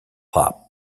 hop